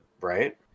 Right